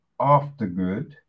Aftergood